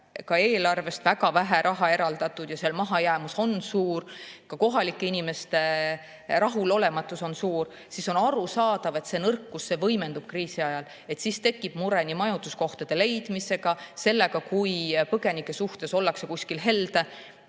aeg eelarvest väga vähe raha eraldatud ja mahajäämus on suur, ka kohalike inimeste rahulolematus on suur, siis on arusaadav, et kriisi ajal see nõrkus võimendub. Tekib mure majutuskohtade leidmisega ja sellega, kui põgenike suhtes ollakse kuskil helde.